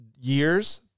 years